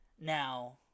Now